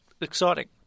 exciting